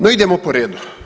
No idemo po redu.